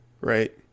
Right